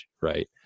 right